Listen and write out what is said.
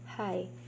Hi